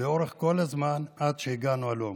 לאורך כל הזמן עד שהגענו הלום.